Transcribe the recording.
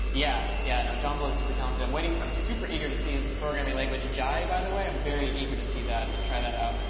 yeah, yeah, no, john blow is super talented. i'm waiting. i'm super eager to see his programming language jai, by the way. i'm very eager to see that and try that out.